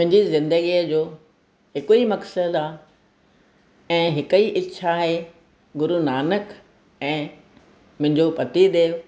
मुंहिंजी ज़िंदगीअ जो हिक ई मक़सदु आहे ऐं हिक ई इच्छा आहे गुरू नानक ऐं मुंहिंजो पति देव